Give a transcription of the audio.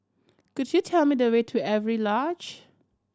could you tell me the way to Avery Lodge